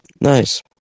Nice